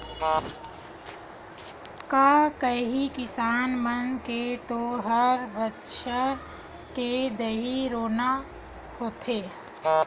का करही किसान मन के तो हर बछर के इहीं रोना होथे